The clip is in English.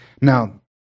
Now